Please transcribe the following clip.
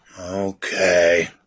Okay